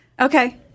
Okay